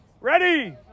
Ready